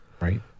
Right